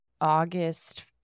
August